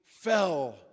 fell